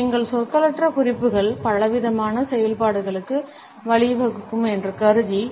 எங்கள் சொற்களற்ற குறிப்புகள் பலவிதமான செயல்பாடுகளுக்கு வழிவகுக்கும் என்று கருதி